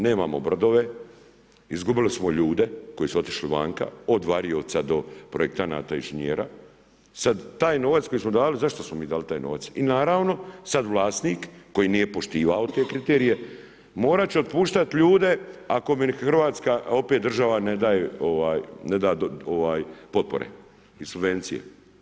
Nemamo brodove, izgubili smo ljude koji su otišli vanka, od varioca do projektanata inženjera, sad taj novac koji smo dali, zašto smo mi dali taj novac i naravno sad vlasnik koji nije poštivao te kriterije, morat će otpuštat ljude ako mi hrvatska država ne da potpore i subvencije.